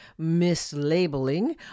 mislabeling